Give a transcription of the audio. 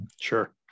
Sure